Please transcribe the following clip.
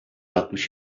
altmış